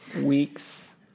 weeks